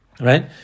right